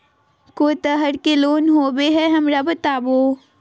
को तरह के लोन होवे हय, हमरा बताबो?